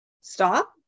Stop